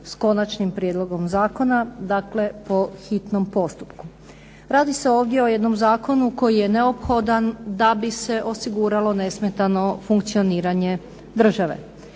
s konačnim prijedlogom zakona, dakle po hitnom postupku. Radi se ovdje o jednom zakonu koji je neophodan da bi se osiguralo nesmetano funkcioniranje države.